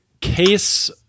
case